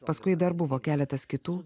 paskui dar buvo keletas kitų